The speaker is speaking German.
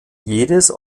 jedes